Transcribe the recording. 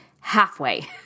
halfway